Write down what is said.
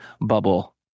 bubble